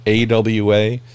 awa